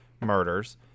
murders